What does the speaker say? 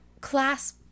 class